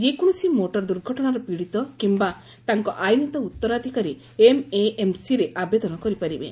ଯେକୌଣସି ମୋଟର ଦୁର୍ଘଟଣାର ପୀଡ଼ିତ କିମ୍ୟା ତାଙ୍କ ଆଇନତଃ ଉତ୍ତରାଧିକାରୀ ଏମ୍ଏଏମ୍ସିରେ ଆବେଦନ କରିପାରିବେ